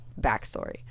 backstory